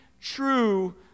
true